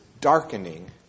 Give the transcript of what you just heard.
darkening